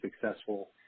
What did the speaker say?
successful